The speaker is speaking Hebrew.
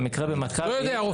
במקרה במכבי --- לא יודע רופא.